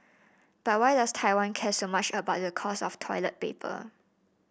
but why does Taiwan care so much about the cost of toilet paper